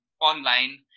online